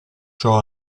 ciò